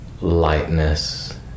lightness